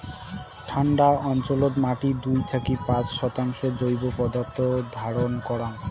ঠান্ডা অঞ্চলত মাটি দুই থাকি পাঁচ শতাংশ জৈব পদার্থ ধারণ করাং